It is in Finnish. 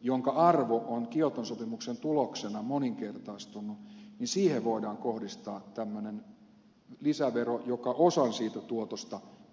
jonka arvo on kioton sopimuksen tuloksena moninkertaistunut voidaan kohdistaa tällainen lisävero joka osan siitä tuotosta tuo yhteiseen käyttöön